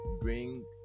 Bring